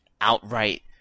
outright